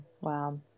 Wow